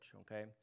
okay